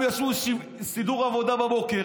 הם עשו סידור עבודה בבוקר,